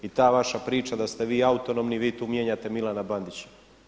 I ta vaša priča da ste vi autonomni, vi tu mijenjate Milana Bandića.